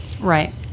right